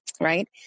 right